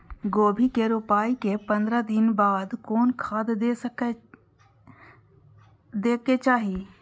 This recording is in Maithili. गोभी के रोपाई के पंद्रह दिन बाद कोन खाद दे के चाही?